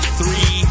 three